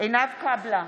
עינב קאבלה,